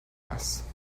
است